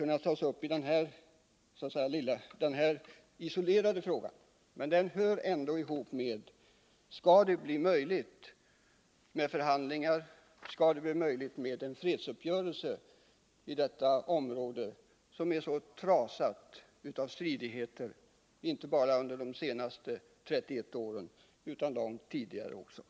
Även om man inte i samband med den nu aktuella isolerade frågan kan komma in på detta, är ändå det väsentliga: Skall det bli möjligt att åstadkomma förhandlingar? Skall det bli möjligt att åstadkomma en fredsuppgörelse för detta område, som är så söndertrasat av stridigheter, inte bara under de senaste 31 åren utan även långt dessförinnan?